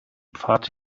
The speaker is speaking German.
pfad